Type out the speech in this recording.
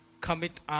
commit